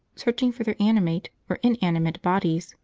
searching for their animate or inanimate bodies,